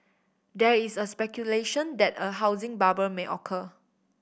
there is a speculation that a housing bubble may occur